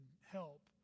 help